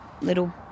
little